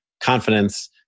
Confidence